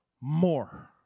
more